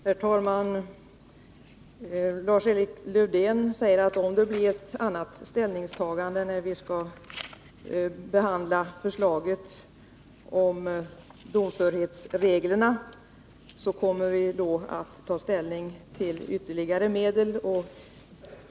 Herr talman! Lars-Erik Lövdén säger att om det blir ett annat ställningstagande när vi skall behandla förslaget om domförhetsregler, så kommer vi att få ta ställning till ytterligare medel.